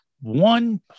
one